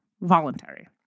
voluntary